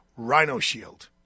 Rhinoshield